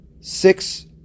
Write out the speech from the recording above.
six